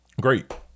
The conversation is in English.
great